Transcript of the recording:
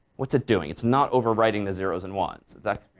what's it doing? it's not overwriting the zeros and ones. that